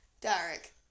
Derek